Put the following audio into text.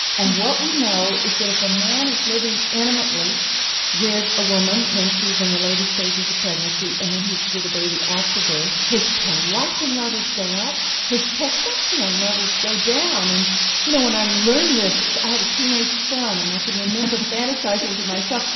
and what we know is that if a man is living intimately with a woman when she's in the later stages of pregnancy and then he's with the baby after birth his prolactin levels go up, his testosterone levels go down. and you know when i learned this, i had a teenage son and i could remember fantasising to myself,